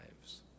lives